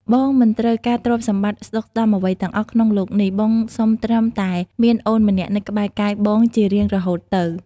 បងមិនត្រូវការទ្រព្យសម្បត្តិស្តុកស្តម្ភអ្វីទាំងអស់ក្នុងលោកនេះ បងសុំត្រឹមតែមានអូនម្នាក់នៅក្បែរកាយបងជារៀងរហូតទៅ។